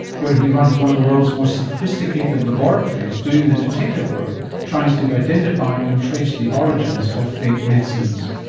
where he runs one of the world's most sophisticated laboratories doing the detective work trying to identify and trace the origins of fake medicines.